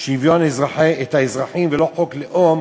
שוויון לאזרחים, ולא חוק לאום,